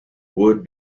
would